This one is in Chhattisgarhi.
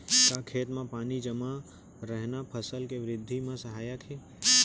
का खेत म पानी जमे रहना फसल के वृद्धि म सहायक हे?